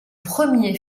premier